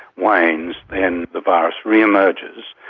wanes, then the virus re-emerges,